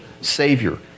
savior